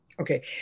okay